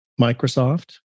Microsoft